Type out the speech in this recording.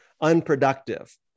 unproductive